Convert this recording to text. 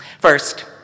First